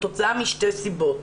כתוצאה משתי סיבות: